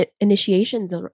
initiations